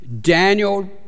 Daniel